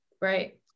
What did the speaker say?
right